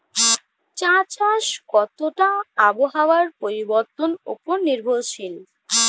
চা চাষ কতটা আবহাওয়ার পরিবর্তন উপর নির্ভরশীল?